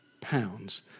pounds